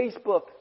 Facebook